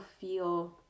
feel